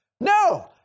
No